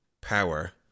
power